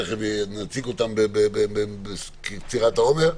תכף נציג אותם בקצירת העומר.